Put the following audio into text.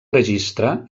registre